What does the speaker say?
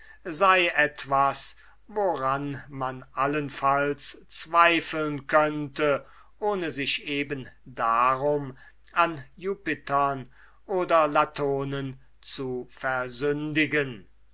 sei etwas woran man allenfalls zweifeln könnte ohne sich eben darum an jupitern oder latonen zu versündigen